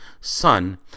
son